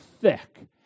thick